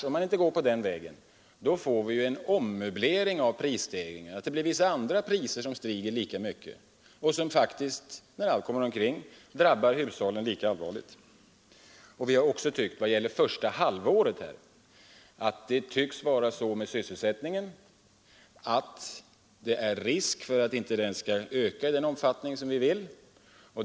Om man inte går på den vägen får vi ju en ommöblering av prisstegringen så att det blir vissa andra priser som stiger lika mycket och som faktiskt, när allt kommer omkring, drabbar hushållen lika allvarligt. Vi har också tyckt, vad gäller första halvåret, att det är risk för att sysselsättningen inte skall öka i den omfattning som vi vill.